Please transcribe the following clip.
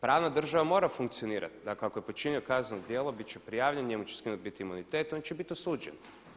Pravna država mora funkcionirati, dakle ako je počinio kazneno djelo bit će prijavljen, njemu će skinut biti imunitet i on će biti osuđen.